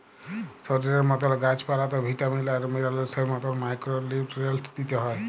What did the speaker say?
শরীরের মতল গাহাচ পালাতেও ভিটামিল আর মিলারেলসের মতল মাইক্রো লিউট্রিয়েল্টস দিইতে হ্যয়